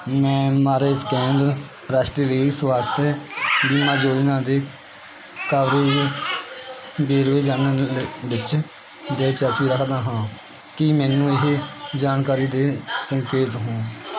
ਮੈਂ MRI scan ਰਾਸ਼ਟਰੀ ਸਵਾਸਥਯ ਬੀਮਾ ਯੋਜਨਾ ਦੇ ਕਵਰੇਜ ਵੇਰਵੇ ਜਾਣਨ ਵਿੱਚ ਦਿਲਚਸਪੀ ਰੱਖਦਾ ਹਾਂ ਕੀ ਮੈਨੂੰ ਉਹ ਜਾਣਕਾਰੀ ਦੇ ਸਕਦੇ ਹੋ